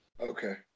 Okay